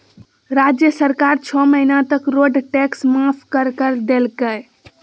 राज्य सरकार छो महीना तक रोड टैक्स माफ कर कर देलकय